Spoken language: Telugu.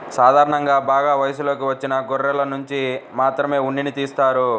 సాధారణంగా బాగా వయసులోకి వచ్చిన గొర్రెనుంచి మాత్రమే ఉన్నిని తీస్తారు